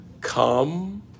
Come